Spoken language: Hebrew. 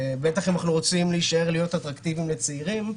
בטח אם אנחנו רוצים להישאר ולהיות אטרקטיביים לצעירים.